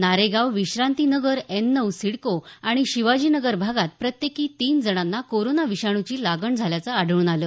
Naregaon Vishranti Nagar N नऊ सिडको आणि शिवाजी नगर भागात प्रत्येकी तीन जणांना कोरोना विषाणूची लागण झाल्याचं आढळून आल